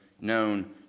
known